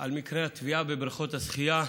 על מקרי הטביעה בבריכות השחייה.